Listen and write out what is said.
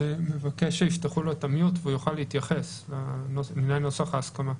מבקש שיפתחו לו את המיוט והוא יוכל להתייחס לעניין נוסח ההסכמה.